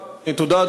תודה,